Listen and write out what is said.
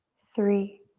three,